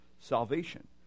salvation